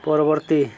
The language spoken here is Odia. ପରବର୍ତ୍ତୀ